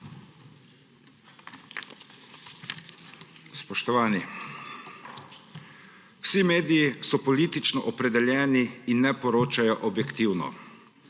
Spoštovani. Vsi mediji so politično opredeljeni in ne poročajo objektivno.